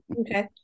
Okay